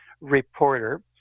reporter